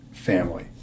family